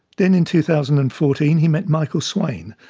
then in two thousand and fourteen, he met michael swain,